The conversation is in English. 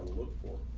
look for